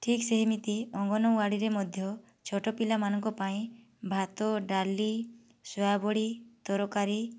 ଠିକ୍ ସେମିତି ଅଙ୍ଗନୱାଡ଼ିରେ ମଧ୍ୟ ଛୋଟ ପିଲାମାନଙ୍କ ପାଇଁ ଭାତ ଡାଲି ସୋୟା ବଡ଼ି ତରକାରୀ